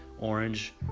orange